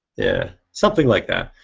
yeah something like that.